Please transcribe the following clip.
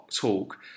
talk